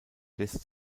lässt